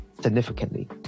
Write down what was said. significantly